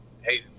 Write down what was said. hey